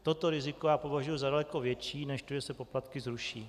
Toto riziko já považuji za daleko větší než to, že se poplatky zruší.